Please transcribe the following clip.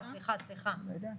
מי נמנע?